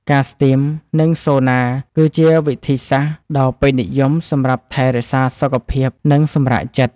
ការស្ទីម និងសូណា គឺជាវិធីសាស្ត្រដ៏ពេញនិយមសម្រាប់ថែរក្សាសុខភាព និងសម្រាកចិត្ត។